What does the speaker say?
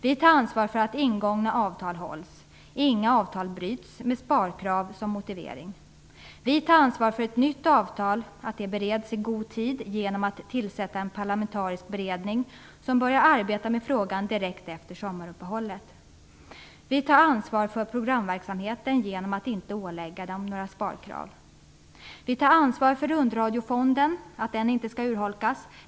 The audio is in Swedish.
Vi tar ansvar för att ingångna avtal hålls. Inga avtal bryts med sparkrav som motivering. Vi tar ansvar för att ett nytt avtal bereds i god tid genom att tillsätta en parlamentarisk beredning som börjar arbeta med frågan direkt efter sommaruppehållet. Vi tar ansvar för programverksamheten genom att inte ålägga den några sparkrav. Vi tar ansvar för att Rundradiofonden inte skall urholkas.